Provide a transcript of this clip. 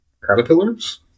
caterpillars